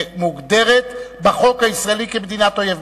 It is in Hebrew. לא מוגדרת בחוק הישראלי כמדינת אויב.